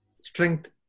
Strength